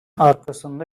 arkasında